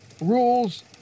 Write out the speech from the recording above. Rules